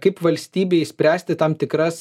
kaip valstybei spręsti tam tikras